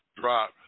drop